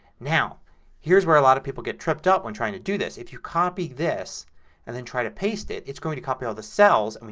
now here's where a lot of people get tripped up when trying to do this. if you copied this and then try to paste it, it's going to copy all the cells. i mean